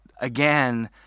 Again